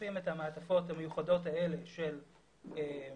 אוספים את המעטפות המיוחדות האלה של המבודדים,